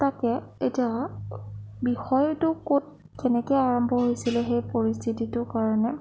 তাকে এতিয়া বিষয়টো ক'ত কেনেকৈ আৰম্ভ হৈছিলে সেই পৰিস্থিতিটোৰ কাৰণে